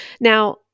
Now